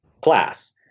class